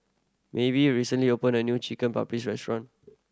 Maeve recently opened a new Chicken Paprikas Restaurant